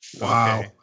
wow